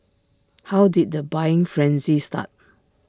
how did the buying frenzy start